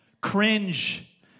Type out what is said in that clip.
Cringe